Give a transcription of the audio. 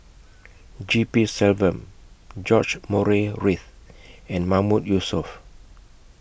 G P Selvam George Murray Reith and Mahmood Yusof